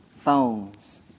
phones